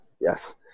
Yes